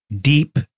deep